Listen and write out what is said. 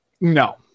No